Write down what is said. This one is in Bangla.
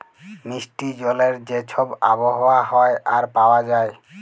মিষ্টি জলের যে ছব আবহাওয়া হ্যয় আর পাউয়া যায়